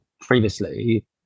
previously